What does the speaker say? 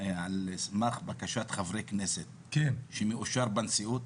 על סמך בקשת חברי כנסת, שמאושר בנשיאות,